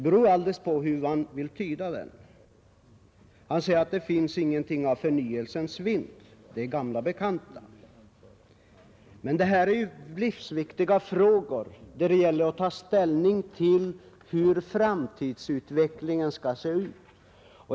Herr Nilsson säger att det inte finns någonting av förnyelsens vind utan bara gamla bekanta. Men det här är ju livsviktiga frågor, där det gäller att ta ställning till hur framtidsutvecklingen skall se ut.